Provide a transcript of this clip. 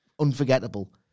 unforgettable